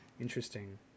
Interesting